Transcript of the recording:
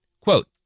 Quote